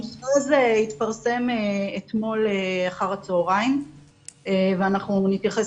המתווה הזה התפרסם אתמול אחר הצהריים ואנחנו נתייחס